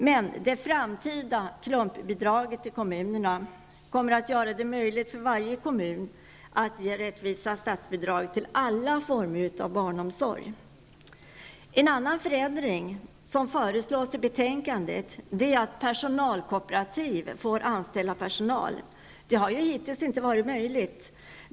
Men det framtida klumpbidraget till kommunerna kommer att göra det möjligt för varje kommun att ge rättvisa bidrag till alla former av barnomsorg. En annan förändring som föreslås i betänkandet är att personalkooperativ får anställa personal. Det har ju hittills inte varit möjligt.